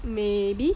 maybe